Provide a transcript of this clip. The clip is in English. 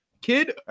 Kid